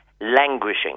languishing